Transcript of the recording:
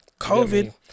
COVID